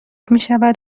میشود